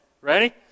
Ready